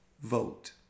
vote